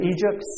Egypt